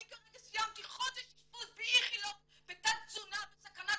אני כרגע סיימתי חודש אשפוז באיכילוב בתת תזונה בסכנת